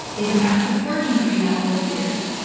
they've amassed a fortune doing that over the years.